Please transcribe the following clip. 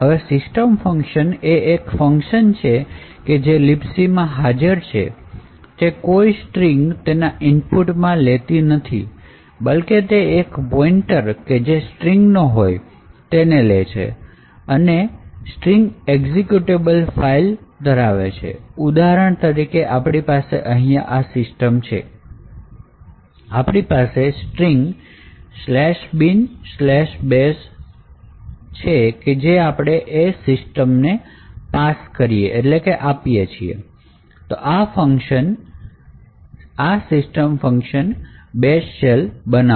હવે system એ એક ફંકશન છે કે જે libc માં હાજર છે તે કોઈ string તેના input માં લેતું નથી બલ્કે તે એક પોઇન્ટર કે જે string નો હોય તે લે છે અને તે string એક્ઝિક્યુટેબલ ફાઈલ ધરાવે છે ઉદાહરણ તરીકે આપણી પાસે અહીંયા system છે અને આપણે string binbash પાસ કરીએ છીએ તો આ ફંકશન bash shell બનાવશે